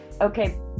okay